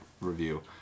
review